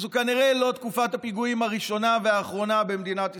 שזו כנראה לא תקופת הפיגועים הראשונה והאחרונה במדינת ישראל,